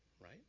right